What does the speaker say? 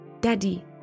Daddy